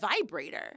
vibrator